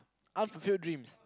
unfulfilled dreams